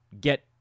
get